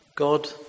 God